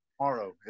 tomorrow